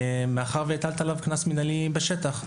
מאחר שהטלת עליו קנס מנהלי בשטח.